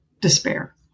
despair